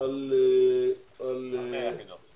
על 100 יחידות.